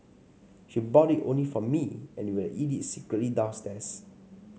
she bought it only for me and we would eat it secretly downstairs